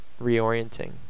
reorienting